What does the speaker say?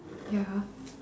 ya